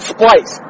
Splice